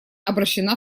обращена